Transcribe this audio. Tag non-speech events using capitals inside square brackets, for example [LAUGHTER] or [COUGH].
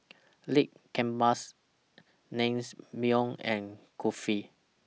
Lamb Kebabs [UNINTELLIGIBLE] and Kulfi